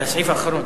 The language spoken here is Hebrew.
לסעיף האחרון: